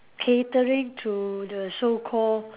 catering to the so called